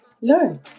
learn